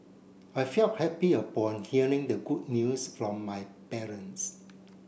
I felt happy upon hearing the good news from my parents